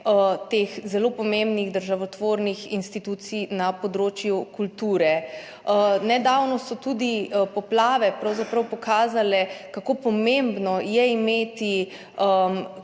teh zelo pomembnih državotvornih institucij na področju kulture. Nedavno so tudi poplave pravzaprav pokazale, kako pomembno je imeti